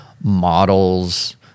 models